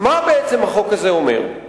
מה בעצם החוק הזה אומר?